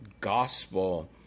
gospel